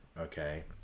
Okay